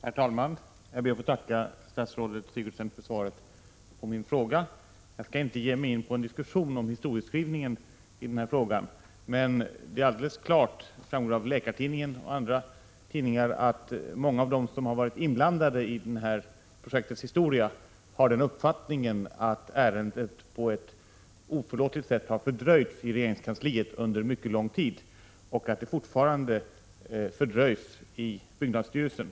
Herr talman! Jag ber att få tacka statsrådet Sigurdsen för svaret på min fråga. Jag skall inte ge mig in på en diskussion om historieskrivningen i denna fråga. Det är alldeles klart — det framgår av Läkartidningen och andra tidningar — att många av dem som har varit inblandade i detta projekts historia har uppfattningen att ärendet på ett oförlåtligt sätt har fördröjts i regeringskansliet under en mycket lång tid och att det fortfarande fördröjs i byggnadsstyrelsen.